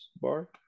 bar